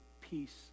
peace